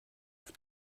auf